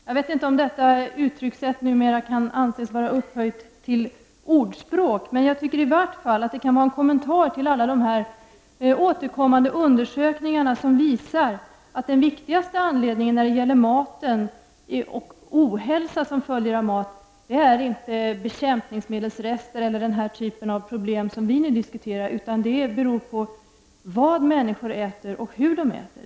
Jag vet inte om detta uttryckssätt numera kan anses vara upphöjt till ordspråk, men jag tycker i vart fall att det kan vara en kommentar till alla återkommande undersökningar som visar att den viktigaste anledningen till ohälsa som följer av mat inte är bekämpningsmedelsrester eller sådant som vi nu diskuterar, utan det är vad människor äter och hur de äter.